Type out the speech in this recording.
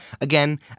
Again